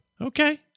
Okay